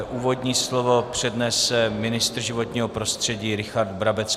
Úvodní slovo přednese ministr životního prostředí Richard Brabec.